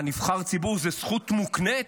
מה, נבחר ציבור זאת זכות מוקנית?